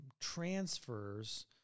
transfers